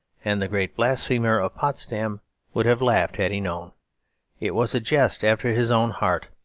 and the great blasphemer of potsdam would have laughed had he known it was a jest after his own heart.